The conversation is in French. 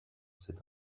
c’est